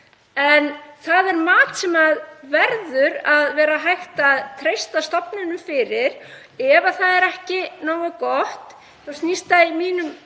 En það er mat sem verður að vera hægt að treysta stofnunum fyrir. Ef það kerfi er ekki nógu gott